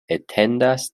etendas